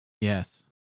yes